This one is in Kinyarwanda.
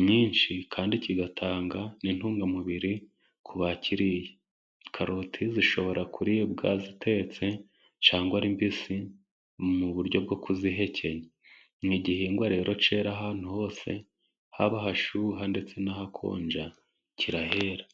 mwinshi kandi kigatanga n'intungamubiri ku bakiriye. karoti zishobora kuribwa zitetse cyangwa ari mbisi mu buryo bwo kuzihekenya. Ni igihingwa rero cyera ahantu hose haba hashyuha, ndetse n'ahakonja kirahera.